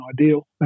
ideal